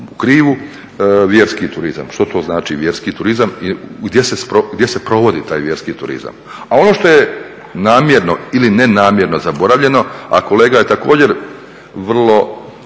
u krivu, vjerski turizam. Što to znači vjerski turizam i gdje se provodi taj vjerski turizam? A ono što je namjerno ili nenamjerno zaboravljeno, a kolega je također vrlo